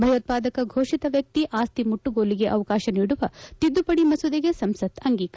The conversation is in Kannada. ಭಯೋತ್ಪಾದಕ ಘೋಷಿತ ವ್ಯಕ್ತಿ ಆಸ್ತಿ ಮುಟ್ಟುಗೋಲಿಗೆ ಅವಕಾಶ ನೀಡುವ ತಿದ್ದುಪಡಿ ಮಸೂದೆಗೆ ಸಂಸತ್ ಅಂಗೀಕಾರ